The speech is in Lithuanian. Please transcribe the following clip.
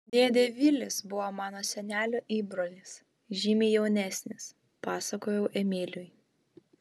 dėdė vilis buvo mano senelio įbrolis žymiai jaunesnis pasakojau emiliui